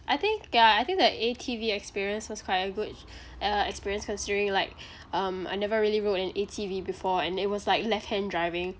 I think ya I think the A_T_V experience was quite a good uh experience considering like um I never really rode an A_T_V before and it was like left hand driving